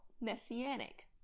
messianic